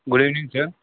good evening sir